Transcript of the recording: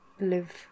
live